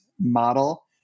model